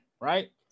right